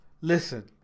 Listen